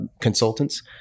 consultants